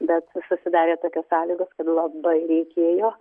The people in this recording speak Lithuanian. bet susidarė tokios sąlygos kad labai reikėjo